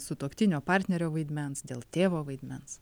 sutuoktinio partnerio vaidmens dėl tėvo vaidmens